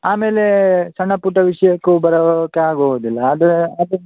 ಆಮೇಲೆ ಸಣ್ಣ ಪುಟ್ಟ ವಿಷಯಕ್ಕೂ ಬರೋಕ್ಕಾಗುವುದಿಲ್ಲ ಅದು ಅದೇ